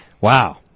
Wow